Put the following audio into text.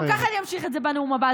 אבל גם ככה אני אמשיך את זה בנאום הבא,